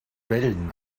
wellen